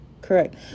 Correct